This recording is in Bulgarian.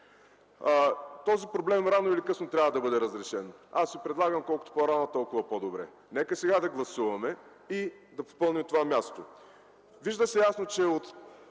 Този проблем рано или късно трябва да бъде разрешен. Аз ви предлагам – колкото по-рано, толкова по-добре. Нека сега да гласуваме и да попълним това място. Вижда се ясно, че от